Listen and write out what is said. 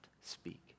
speak